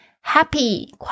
Happy